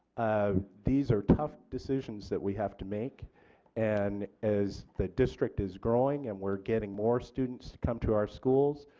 ah these are tough decisions that we have to make and as the district is growing and we're getting more students coming to our schools,